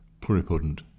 pluripotent